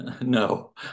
no